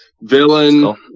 Villain